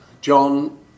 John